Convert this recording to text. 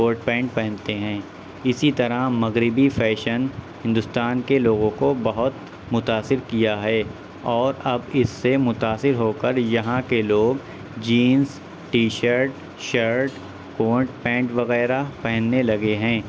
court pant پہنتے ہیں اسی طرح مغربی فیشن ہندوستان کے لوگوں کو بہت متأثر کیا ہے اور اب اس سے متأثر ہو کر یہاں کے لوگ jeans T shirt shirt coat pant وغیرہ پہننے لگے ہیں